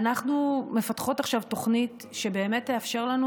אנחנו מפתחות עכשיו תוכנית שבאמת תאפשר לנו